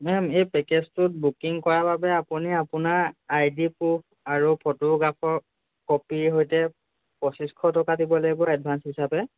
ma'am এই পেকেজটোত booking কৰাৰ বাবে আপুনি আপোনাৰ আইডি প্ৰুফ আৰু ফটোগ্ৰাফৰ কপি সৈতে পঁচিছশ টকা দিব লাগিব এডভান্স হিচাপে